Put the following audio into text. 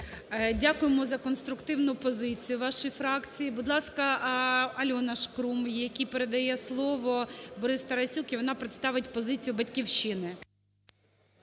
Дякуємо за конструктивну позицію у вашій фракції. Будь ласка, Альона Шкрум, якій передає слово Борис Тарасюк і вона представить позицію "Батьківщини".